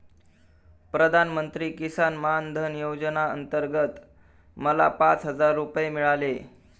प्रधानमंत्री किसान मान धन योजनेअंतर्गत मला पाच हजार रुपये मिळाले